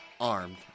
armed